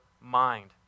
mind